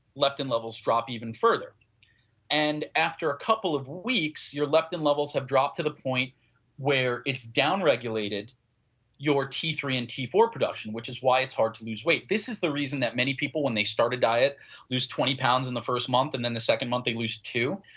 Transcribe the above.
leptin drop even further and after a couple of weeks your leptin levels have dropped to the point where it's down regulated your t three and t four production which is why it's hard to lose weight. this is the reason that many people when they start a diet lose twenty pounds in the first month and then second month they lose two,